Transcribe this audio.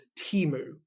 Timu